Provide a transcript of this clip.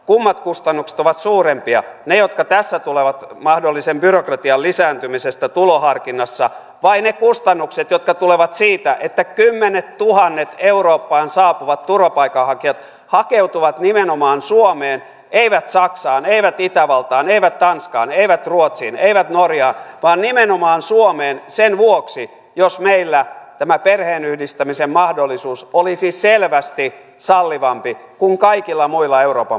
kummat kustannukset ovat suurempia ne jotka tässä tulevat mahdollisen byrokratian lisääntymisestä tuloharkinnassa vai ne kustannukset jotka tulevat siitä että kymmenettuhannet eurooppaan saapuvat turvapaikanhakijat hakeutuvat nimenomaan suomeen eivät saksaan eivät itävaltaan eivät tanskaan eivät ruotsiin eivät norjaan vaan nimenomaan suomeen sen vuoksi jos meillä tämä perheenyhdistämisen mahdollisuus olisi selvästi sallivampi kuin kaikilla muilla euroopan mailla